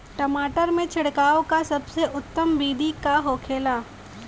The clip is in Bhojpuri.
टमाटर में छिड़काव का सबसे उत्तम बिदी का होखेला?